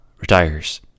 retires